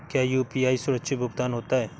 क्या यू.पी.आई सुरक्षित भुगतान होता है?